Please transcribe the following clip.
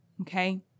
Okay